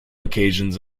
occasions